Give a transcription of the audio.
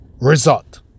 result